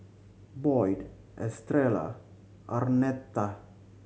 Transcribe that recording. Boyd Estrella Arnetta